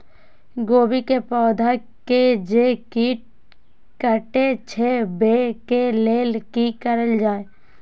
गोभी के पौधा के जे कीट कटे छे वे के लेल की करल जाय?